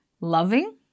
loving